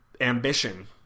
ambition